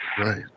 right